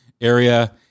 area